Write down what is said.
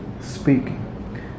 speaking